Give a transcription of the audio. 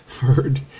heard